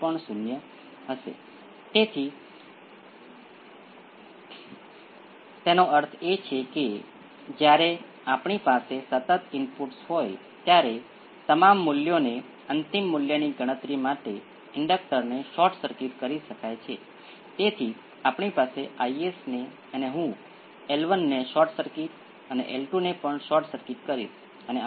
તેથી કુલ પ્રતિભાવ A 1 exponential p 1 t A 2 exponential p 2 t કંઈક × એક્સ્પોનેંસિયલ s t હશે અને આ કંઈક મૂલ્યાંકન કરી શકે છે આ કઈક એ વિકલન સમીકરણના ઉકેલમાં એક્સ્પોનેંસિયલ s t ને બદલીને અને પરિણામી સમીકરણ માટે ઉકેલ લાવીને મેળવી શકાશે